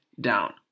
down